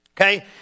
Okay